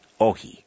Ohi